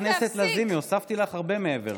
חברת הכנסת לזימי, הוספתי לך הרבה מעבר.